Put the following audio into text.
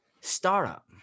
startup